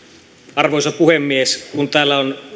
arvoisa puhemies kun täällä on